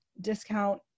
discount